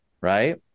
right